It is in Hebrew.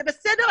זה בסדר,